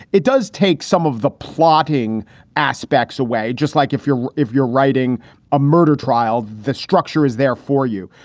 it does take some of the plotting aspects away, just like if you're if you're writing a murder trial. the structure is there for you.